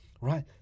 right